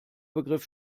begriff